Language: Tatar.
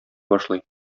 башлый